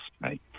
right